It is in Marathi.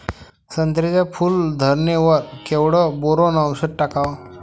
संत्र्याच्या फूल धरणे वर केवढं बोरोंन औषध टाकावं?